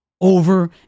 over